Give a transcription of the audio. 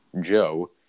Joe